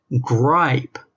gripe